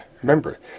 Remember